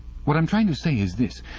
what i'm trying to say is this.